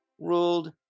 ruled